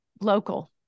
local